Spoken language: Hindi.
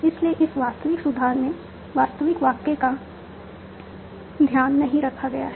इसलिए इस वास्तविक सुधार में वास्तविक वाक्य का ध्यान नहीं रखा गया है